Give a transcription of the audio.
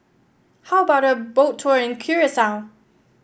how about a Boat Tour in Curacao